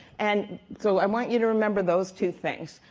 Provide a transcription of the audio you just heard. and so i want you to remember those two things.